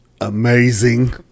amazing